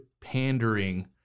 pandering